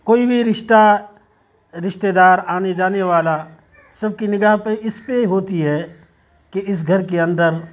کوئی بھی رشتہ رشتے دار آنے جانے والا سب کی نگاہ پہ اس پہ ہوتی ہے کہ اس گھر کے اندر